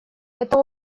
это